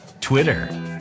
Twitter